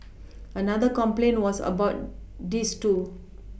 another complaint was about this too